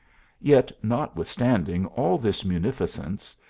yet, notwithstanding all this munfi cence,